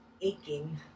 aching